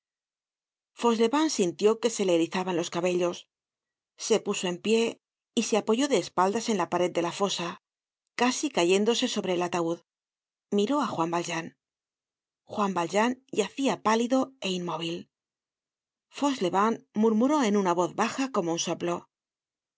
fauchelevent sintió que se le erizaban los cabellos se puso en pie y se apoyó de espaldas en la pared de la fosa casi cayéndose sobre el ataud miró á juan valjean juan valjean yacia pálido é inmóvil fauchelevent murmuró en una voz baja como un soplo